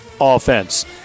offense